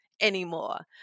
anymore